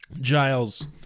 Giles